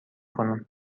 کنم